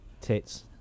tits